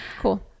Cool